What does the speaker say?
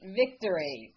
victory